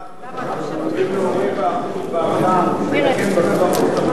בעל מספרה שמורידים לו רבע אחוז בעמלה מתקן ברבע אחוז את המחיר.